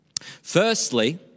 Firstly